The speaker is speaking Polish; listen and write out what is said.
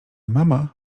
mama